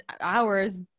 hours